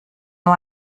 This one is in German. nur